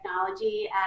technology